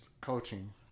coaching